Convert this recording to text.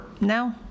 No